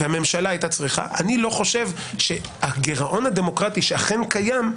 אני לא חושב שהגירעון הדמוקרטי שאכן קיים,